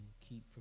Keep